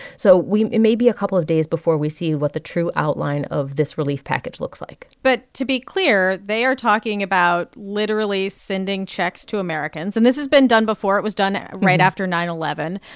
so we it may be a couple of days before we see what the true outline of this relief package looks like but to be clear, they are talking about literally sending checks to americans. and this has been done before. it was done right after nine zero and